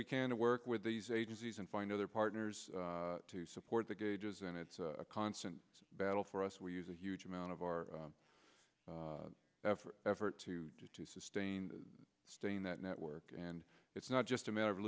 we can to work with these agencies and find other partners to support the gauges and it's a constant battle for us we use a huge amount of our effort to to sustain staying that network and it's not just a matter of